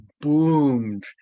boomed